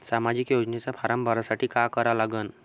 सामाजिक योजनेचा फारम भरासाठी का करा लागन?